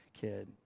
kid